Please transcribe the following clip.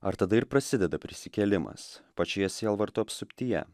ar tada ir prasideda prisikėlimas pačioje sielvarto apsuptyje